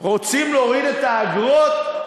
רוצים להוריד את האגרות?